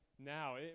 Now